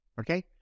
Okay